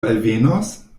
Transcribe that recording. alvenos